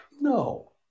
No